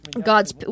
God's